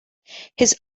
his